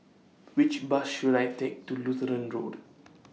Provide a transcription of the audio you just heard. Which Bus should I Take to Lutheran Road